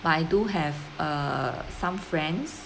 but I do have err some friends